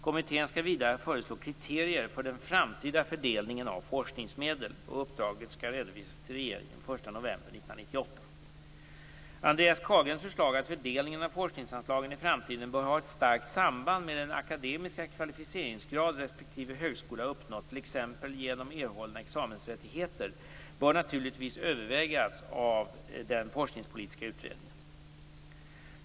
Kommittén skall vidare föreslå kriterier för den framtida fördelningen av forskningsmedel. Uppdraget skall redovisas till regeringen den 1 november 1998. Andreas Carlgrens förslag att fördelningen av forskningsanslagen i framtiden bör ha ett starkt samband med den akademiska kvalificeringsgrad respektive högskola har uppnått, t.ex. genom erhållna examensrättigheter, bör naturligtvis övervägas av den forskningspolitiska utredningen.